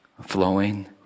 flowing